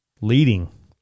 leading